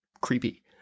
creepy